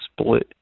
split